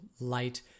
light